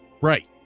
Right